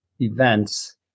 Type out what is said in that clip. events